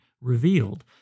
revealed